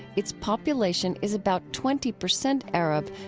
its population is about twenty percent arab,